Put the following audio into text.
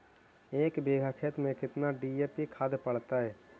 एक बिघा खेत में केतना डी.ए.पी खाद पड़तै?